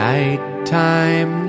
Nighttime